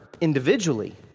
individually